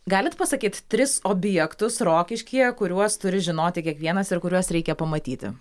galit pasakyt tris objektus rokiškyje kuriuos turi žinoti kiekvienas ir kuriuos reikia pamatyti